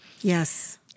Yes